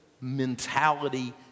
mentality